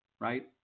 right